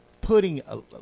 putting